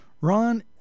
Ron